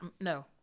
No